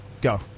Go